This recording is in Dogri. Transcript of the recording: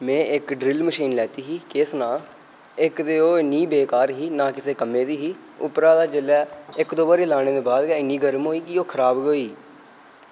में इक्क ड्रिल मशीन लैती ही केह् सनांऽ इक्क ओह् इन्नी बेकार ही के ना ओह् किसै कम्मै दी ही ते उप्परा दा इक्क दौ बारी गै लानै कन्नै ओह् इन्नी गर्म होई कि खराब होई